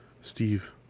Steve